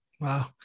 wow